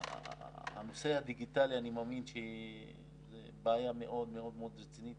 אני מאמין שזה בעיה מאוד רצינית